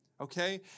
okay